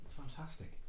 fantastic